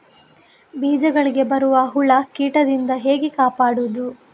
ಬೀಜಗಳಿಗೆ ಬರುವ ಹುಳ, ಕೀಟದಿಂದ ಹೇಗೆ ಕಾಪಾಡುವುದು?